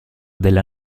della